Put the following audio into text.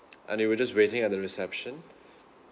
and we were just waiting at the reception